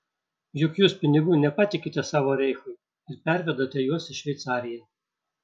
juk jūs pinigų nepatikite savo reichui ir pervedate juos į šveicariją